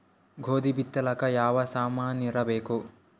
ಗೋಧಿ ಬಿತ್ತಲಾಕ ಯಾವ ಸಾಮಾನಿರಬೇಕು?